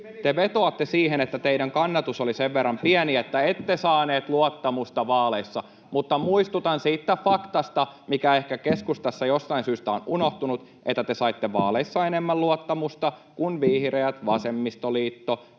Te vetoatte siihen, että teidän kannatuksenne oli sen verran pieni, että ette saaneet luottamusta vaaleissa, mutta muistutan siitä faktasta, mikä ehkä keskustassa jostain syystä on unohtunut, että te saitte vaaleissa enemmän luottamusta kuin vihreät, vasemmistoliitto,